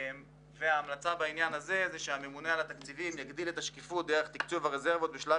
על הממונה על התקציבים להגדיל את השקיפות של דרך תקצוב הרזרבות בשלב